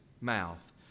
mouth